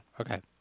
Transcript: Okay